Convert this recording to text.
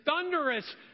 thunderous